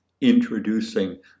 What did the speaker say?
introducing